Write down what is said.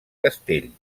castell